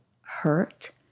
hurt